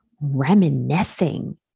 reminiscing